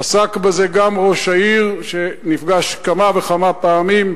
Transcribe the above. עסק בזה גם ראש העיר, שנפגש כמה וכמה פעמים,